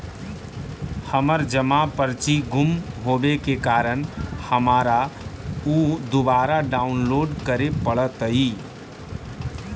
हमर जमा पर्ची गुम होवे के कारण हमारा ऊ दुबारा डाउनलोड करे पड़तई